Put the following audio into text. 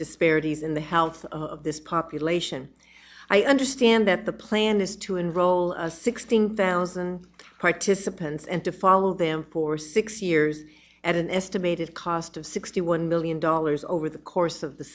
disparities in the health of this population i understand that the plan is to enroll sixteen thousand participants and to follow them for six years at an estimated cost of sixty one million dollars over the course of the